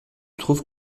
trouve